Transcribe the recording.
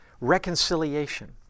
reconciliation